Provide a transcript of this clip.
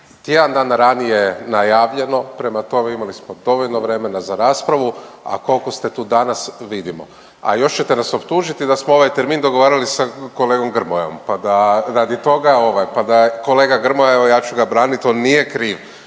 Tjedan dana ranije je najavljeno, prema tome imali smo dovoljno vremena za raspravu, a koliko ste tu danas vidimo. A još ćete nas optužiti da smo ovaj termin dogovarali sa kolegom Grmojom, pa da radi toga. Kolega Grmoja, evo ja ću ga braniti on nije kriv